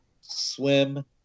swim